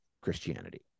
Christianity